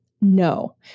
No